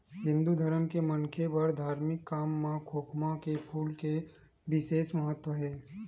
हिंदू धरम के मनखे बर धारमिक काम म खोखमा के फूल के बिसेस महत्ता हे